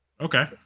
okay